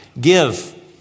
Give